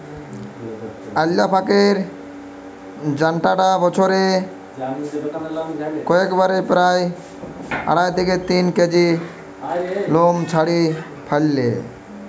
alpaca নামের জন্তুটা বছরে একবারে প্রায় আড়াই থেকে তিন কেজি লোম ঝাড়ি ফ্যালে